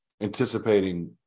anticipating